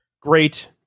Great